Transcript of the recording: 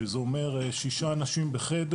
שזה אומר 6 אנשים בחדר.